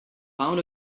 pound